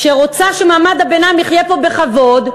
שרוצה שמעמד הביניים יחיה פה בכבוד,